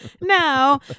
No